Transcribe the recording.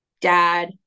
Dad